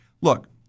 look